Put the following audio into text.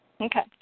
Okay